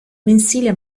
mensile